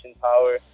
power